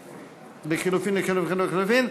לחלופין, לחלופין, לחלופין.